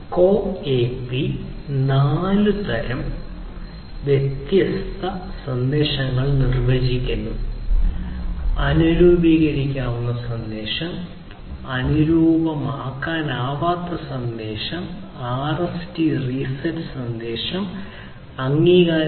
CoAP നാല് തരം സന്ദേശങ്ങൾ നിർവ്വചിക്കുന്നു അനുരൂപീകരിക്കാവുന്ന സന്ദേശം അനുരൂപമാക്കാനാവാത്ത സന്ദേശം ആർഎസ്ടി റീസെറ്റ് സന്ദേശം അംഗീകാരം